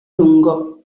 lungo